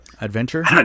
Adventure